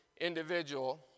individual